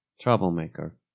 Troublemaker